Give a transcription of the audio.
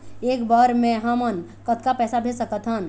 एक बर मे हमन कतका पैसा भेज सकत हन?